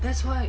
that's why